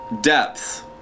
depth